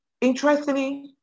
Interestingly